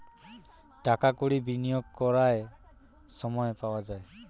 টাকা কড়ি বিনিয়োগ করার সময় পাওয়া যায়